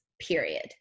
period